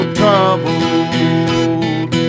troubled